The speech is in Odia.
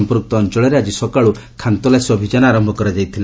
ସମ୍ପୁକ୍ତ ଅଞ୍ଚଳରେ ଆଜି ସକାଳ୍ ଖାନତଲାସୀ ଅଭିଯାନ ଆରମ୍ଭ କରାଯାଇଥିଲା